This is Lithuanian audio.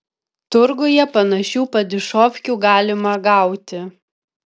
turguje panašių padišofkių galima gauti